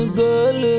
girl